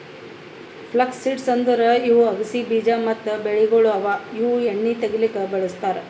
flux seeds ಅಂದುರ್ ಇವು ಅಗಸಿ ಬೀಜ ಮತ್ತ ಬೆಳೆಗೊಳ್ ಅವಾ ಇವು ಎಣ್ಣಿ ತೆಗಿಲುಕ್ ಬಳ್ಸತಾರ್